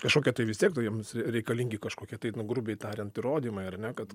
kažkokia tai vis tiek nu jiems reikalingi kažkokie tai nu grubiai tariant įrodymai ar ne kad